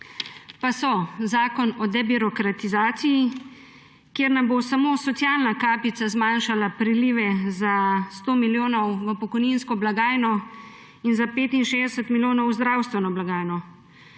to so Zakon o debirokratizaciji, kjer nam bo samo socialna kapica zmanjšala prelive za 100 milijonov v pokojninsko blagajno in za 65 milijonov v zdravstveno blagajno.